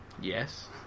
Yes